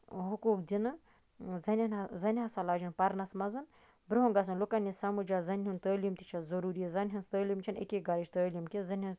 حٔقوٗق دِنہٕ زَنین زَنہِ ہسا لاجین پَرنَس منٛز برونہہ گژھن لُکَن یہِ سَمج حظ زَنہِ ہنز تعلیٖم تہِ چھےٚ ضروٗری زَنہِ ہنز تعلیٖم چھےٚ نہٕ اَکے گرِچ تعلیٖم کیٚنہہ زَنہٕ ہٕنٛز